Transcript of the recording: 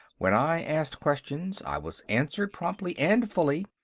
when i asked questions, i was answered promptly and fully.